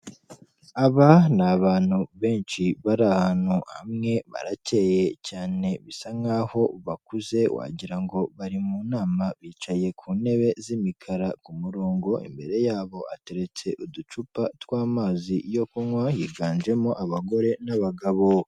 Aba ni abantu benshi bari ahantu hamwe, baracye cyane bisa nk'aho bakuze wagirango bari mu nama, bicaye ku ntebe z'imikara ku murongo, imbere yabo hateretse uducupa tw'amazi yo kunywa, higanjemo abagore n'abagabo.